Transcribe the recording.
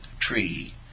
tree